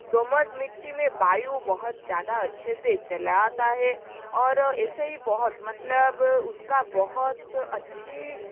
दोमट मिट्टी में वायु बहुत ज़्यादा अच्छे से चला आता है और ऐसे ही बहुत मतलब उसका बहुत अच्छी